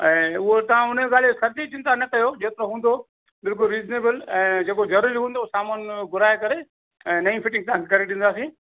ऐं उहो तव्हां उन ॻाल्हि जो ख़र्च ई चिंता न कयो जेतिरो हूंदो जेको रीज़िनेबल ऐं जेको ज़रूरु हूंदो सामान घुराए करे ऐं नईं फिटींग तव्हां खे करे ॾींदासीं